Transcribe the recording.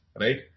right